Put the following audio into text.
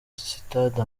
sitade